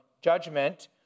judgment